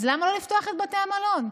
אז למה לא לפתוח את בתי המלון?